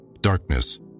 Darkness